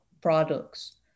products